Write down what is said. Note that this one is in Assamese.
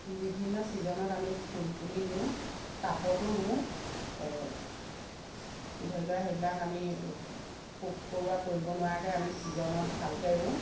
বিভিন্ন চিজনত আমি ফুল পুলি ৰোওঁ টাবতো ৰোওঁ ধৰি লোৱা সেইবিলাক আমি পোক পৰুৱা পৰিব নোৱাৰাকে আমি চিজনত ভালকে ৰোওঁ